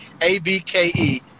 A-B-K-E